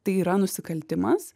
tai yra nusikaltimas